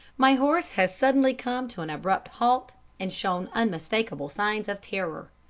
my horse has suddenly come to an abrupt halt and shown unmistakable signs of terror.